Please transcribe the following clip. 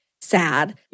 sad